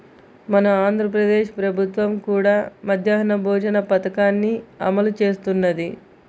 మన ఆంధ్ర ప్రదేశ్ ప్రభుత్వం కూడా మధ్యాహ్న భోజన పథకాన్ని అమలు చేస్తున్నది